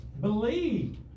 Believe